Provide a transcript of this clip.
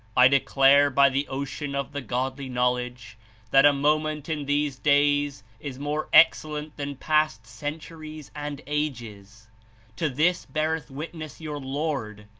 i declare by the ocean of the godly knowledge that a moment in these days is more ex cellent than past centuries and ages to this beareth witness your lord,